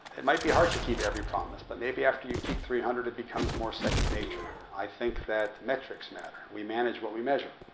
it might be hard to keep every promise. but maybe after you keep three hundred, it becomes more second nature. i think that metrics matter. we manage what we measure.